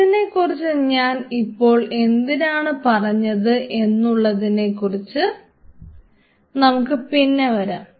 ഇതിനെക്കുറിച്ച് ഞാൻ ഇപ്പോൾ എന്തിനാണ് പറഞ്ഞത് എന്നുള്ളതിനെ കുറിച്ച് നമുക്ക് പിന്നെ വരാം